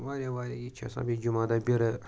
واریاہ واریاہ ییٚتہِ چھِ آسان بیٚیہِ جمعہ دۄہ بِرٕ